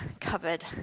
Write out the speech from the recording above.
covered